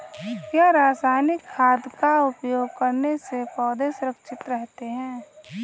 क्या रसायनिक खाद का उपयोग करने से पौधे सुरक्षित रहते हैं?